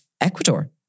Ecuador